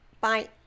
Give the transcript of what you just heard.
Bye